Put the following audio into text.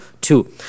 two